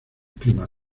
clima